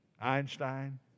Einstein